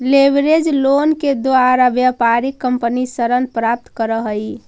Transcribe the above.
leverage loan के द्वारा व्यापारिक कंपनी ऋण प्राप्त करऽ हई